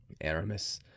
Aramis